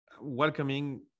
welcoming